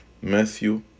matthew